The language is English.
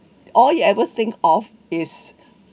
all you ever think of is